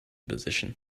position